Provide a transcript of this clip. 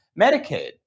Medicaid